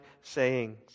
sayings